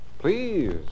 Please